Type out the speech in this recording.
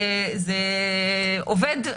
זה עובד,